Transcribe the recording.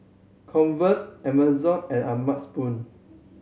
Converse Amazon and O'ma Spoon